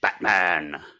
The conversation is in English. Batman